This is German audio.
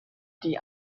die